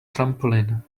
trampoline